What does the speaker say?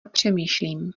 přemýšlím